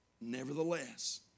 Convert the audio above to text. Nevertheless